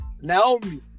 Naomi